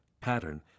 pattern